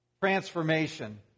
transformation